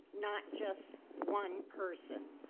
not just one person.